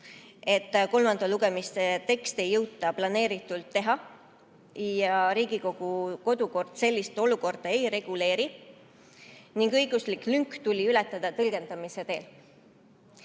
et kolmanda lugemise teksti ei jõuta planeeritult teha. Riigikogu kodukord sellist olukorda ei reguleeri ning õiguslik lünk tuli ületada tõlgendamise teel.